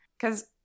Because-